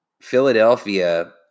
Philadelphia